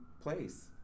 place